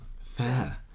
fair